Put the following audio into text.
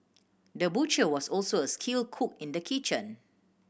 the butcher was also a skilled cook in the kitchen